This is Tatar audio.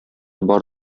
бар